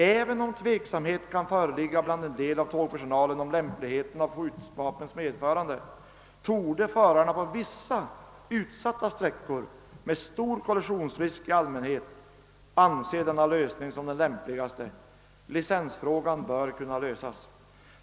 Även om tveksamhet kan föreligga bland en del av tågpersonalen om lämpligheten av att medföra skjutvapen, torde förarna på vissa utsatta sträckor, där stor kollisionsrisk föreligger, anse denna lösning vara den bästa. Licensfrågan bör också kunna lösas.